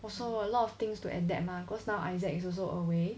well so a lot of things to adapt mah cause now issac is also away